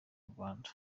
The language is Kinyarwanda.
rwanda